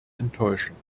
enttäuschend